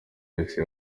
wese